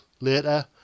later